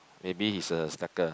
maybe he's a stacker